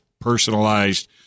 personalized